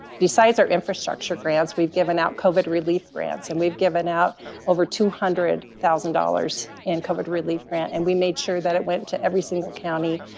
besides our infrastructure grants we've given out covid relief grants, and we've given out over two hundred thousand dollars in covid relief grant, and we made sure that it went to every single county.